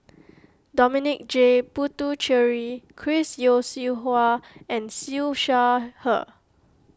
Dominic J Puthucheary Chris Yeo Siew Hua and Siew Shaw Her